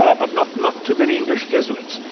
ah but not not too many english jesuits.